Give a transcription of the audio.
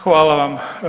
Hvala vam.